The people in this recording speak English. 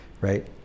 right